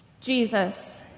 Jesus